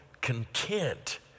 content